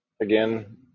again